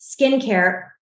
skincare